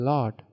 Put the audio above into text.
Lord